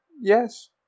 Yes